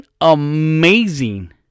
amazing